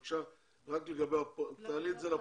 בבקשה, רק תעלי את זה לפרוטוקול.